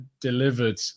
delivered